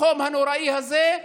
בחום הנוראי הזה,